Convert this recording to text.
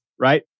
Right